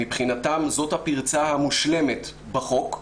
מבחינתם, זאת הפרצה המושלמת בחוק,